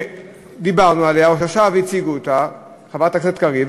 שדיברנו עליה ושעכשיו הציגה אותה חברת הכנסת קריב,